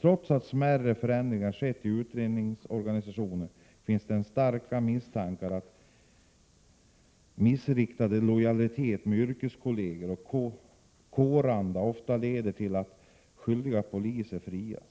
Trots att smärre förändringar skett i utredningsorganisationen, finns det starka misstankar att missriktad lojalitet med yrkeskolleger och kåranda ofta leder till att skyldiga poliser frias.